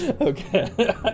Okay